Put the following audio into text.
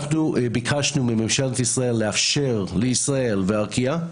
אנחנו ביקשנו מממשלת ישראל לאפשר לישראייר וארקיע,